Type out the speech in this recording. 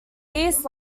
east